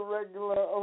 regular